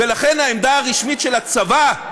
ולכן העמדה הרשמית של הצבא,